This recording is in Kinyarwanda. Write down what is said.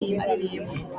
iyi